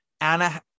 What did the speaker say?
Anna